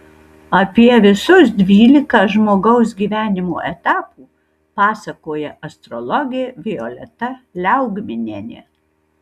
apie visus dvylika žmogaus gyvenimo etapų pasakoja astrologė violeta liaugminienė